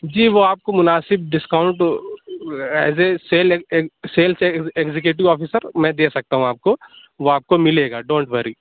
جی وہ آپ کو مُناسب discount as a sales executive officer میں دے سکتا ہوں آپ کو وہ آپ کو ملے گا ڈونٹ وری